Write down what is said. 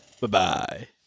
Bye-bye